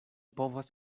povas